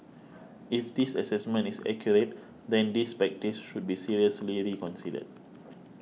if this assessment is accurate then this practice should be seriously reconsidered